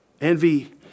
Envy